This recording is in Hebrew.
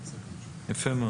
יפה מאוד.